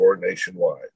nationwide